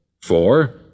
Four